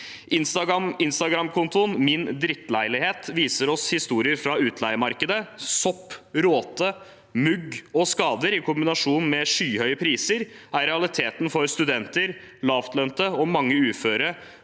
Instagramkontoen @min_drittleilighet viser oss historier fra utleiemarkedet. Sopp, råte, mugg og skader – i kombinasjon med skyhøye priser – er realiteten for studenter, lavtlønte og mange uføre,